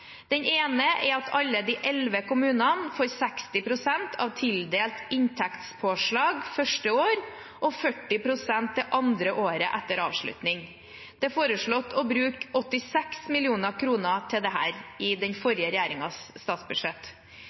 Den ene er at alle de elleve kommunene får 60 pst. av tildelt inntektspåslag første år og 40 pst. det andre året etter avslutning. Det er foreslått å bruke 86 mill. kr til dette i den forrige regjeringens statsbudsjett.